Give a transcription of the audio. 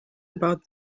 about